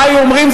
מה היו אומרים?